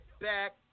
back